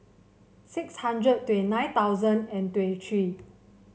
six hundred and twenty nine thousand and twenty three